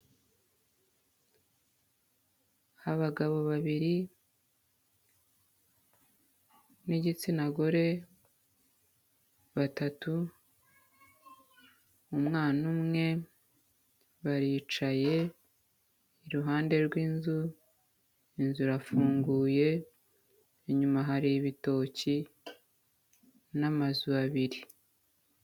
Aha abagabo babiri n'igitsina gore batatu, umwana umwe, baricaye, iruhande rw'inzu, inzu irafunguye, inyuma hari ibitoki n'amazu abiri.